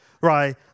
Right